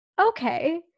okay